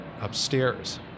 upstairs